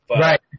Right